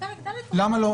--- למה לא?